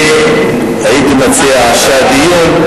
אני הייתי מציע שהדיון,